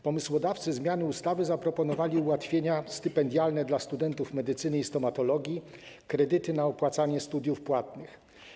Pomysłodawcy zmiany ustawy zaproponowali ułatwienia stypendialne dla studentów medycyny i stomatologii, kredyty na opłacanie studiów płatnych.